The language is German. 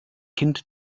kind